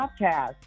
Podcast